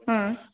হুম